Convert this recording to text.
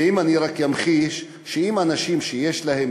ואם אני רק אמחיש: אם אנשים שיש להם